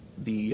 the